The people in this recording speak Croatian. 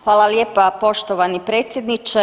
Hvala lijepa poštovani predsjedniče.